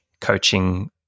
coaching